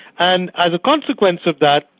and as a consequence of that,